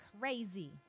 crazy